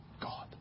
God